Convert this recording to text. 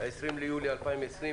ה-20 ביולי 2020,